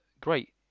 great